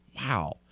Wow